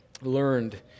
learned